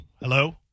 Hello